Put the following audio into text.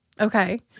Okay